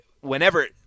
whenever –